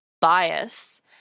bias